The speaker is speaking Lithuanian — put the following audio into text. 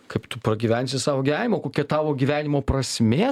kaip tu pragyvensi savo gyvenimą kokie tavo gyvenimo prasmė